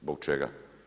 Zbog čega?